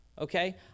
okay